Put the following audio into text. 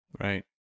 Right